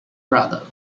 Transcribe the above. brother